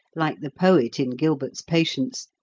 like the poet in gilbert's patience,